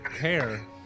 care